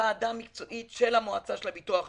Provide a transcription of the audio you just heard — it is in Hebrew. בוועדה המקצועית של המועצה של הביטוח לאומי.